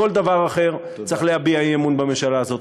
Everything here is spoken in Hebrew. על הדבר הזה יותר מכל דבר אחר צריך להביע אי-אמון בממשלה הזאת.